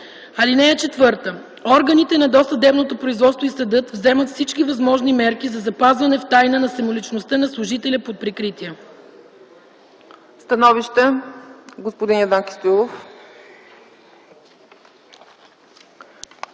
ал. 1. (4) Органите на досъдебното производство и съдът вземат всички възможни мерки за запазване в тайна на самоличността на служителя под прикритие.”